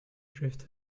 breathed